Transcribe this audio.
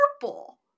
purple